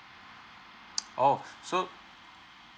oh so